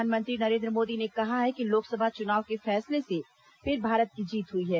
प्र धानमंत्री नरेन् द्र मोदी ने कहा है कि लोकसभा चुनाव के फैसले से फिर भारत की जीत हु ई है